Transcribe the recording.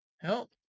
Help